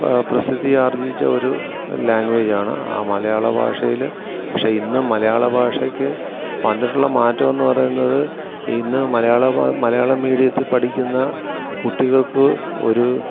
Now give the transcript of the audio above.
പ്രസിദ്ധിയാർജിച്ച ഒരു ലാംഗ്വേജാണ് ആ മലയാള ഭാഷയിൽ പക്ഷേ ഇന്ന് മലയാള ഭാഷയ്ക്ക് വന്നിട്ടുള്ള മാറ്റമെന്ന് പറയുന്നത് ഇന്ന് മലയാള ഭാഷ മലയാളം മീഡിയത്തിൽ പഠിക്കുന്ന കുട്ടികൾക്ക് ഒരു